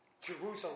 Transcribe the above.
Jerusalem